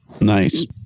Nice